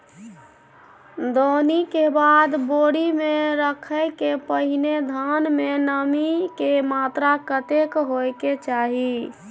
दौनी के बाद बोरी में रखय के पहिने धान में नमी के मात्रा कतेक होय के चाही?